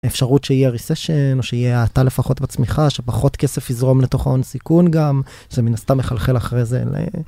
האפשרות שיהיה ריסשן, או שיהיה האטה לפחות בצמיחה, שפחות כסף יזרום לתוך ההון סיכון גם, זה מן הסתם מחלחל אחרי זה.